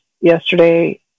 yesterday